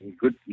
good